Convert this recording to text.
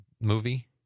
movie